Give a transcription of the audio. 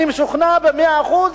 אני משוכנע במאה אחוז,